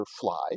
fly